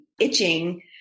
itching